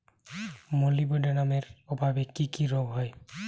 মলিবডোনামের অভাবে কি কি রোগ হয়?